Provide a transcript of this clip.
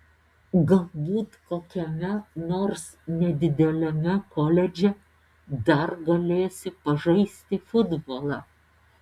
galbūt kokiame nors nedideliame koledže dar galėsiu pažaisti futbolą